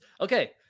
Okay